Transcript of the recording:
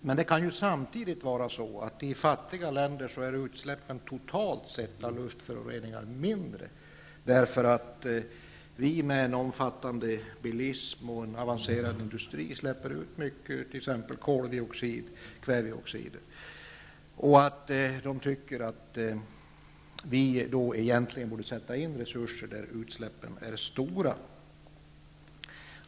Men det kan ju samtidigt vara så att utsläppen av luftföroreningar i fattiga länder totalt sett är mindre, därför att vi med en omfattande bilism och en avancerad industri släpper ut mycket t.ex. koldioxid eller kväveoxider, och att de fattiga länderna tycker att man egentligen borde sätta in resurser där utsläppen är stora.